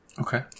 Okay